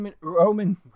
Roman